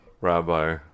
Rabbi